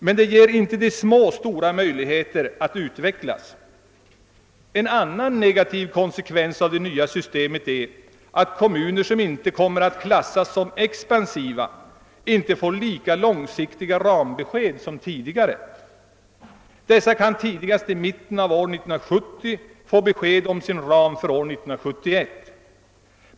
De små får inte stora möjligheter att utvecklas. En annan negativ konsekvens av det nya systemet är att kommuner som inte kommer att klassificeras som expansiva inte får lika långsiktiga rambesked som tidigare. Kommunerna kan tidigast i mitten av år 1970 få uppgift om sin ram för år 1971.